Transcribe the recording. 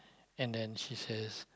and then she says